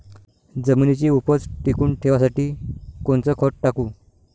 जमिनीची उपज टिकून ठेवासाठी कोनचं खत टाकू?